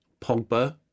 Pogba